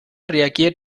reagiert